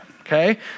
okay